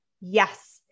yes